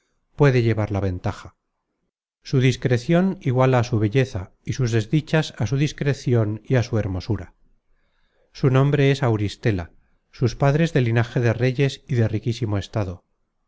puede llevar la ventaja su discrecion iguala á su belleza y sus desdichas á su discrecion y á su hermosura su nombre es auristela sus padres de linaje de reyes y de riquísimo estado